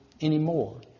anymore